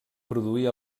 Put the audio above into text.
produir